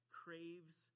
craves